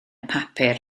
papur